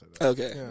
Okay